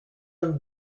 and